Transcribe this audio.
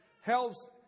helps